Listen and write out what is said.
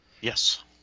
yes